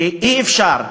כי ככה אי-אפשר.